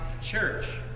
Church